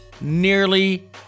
nearly